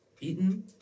eaten